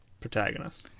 protagonist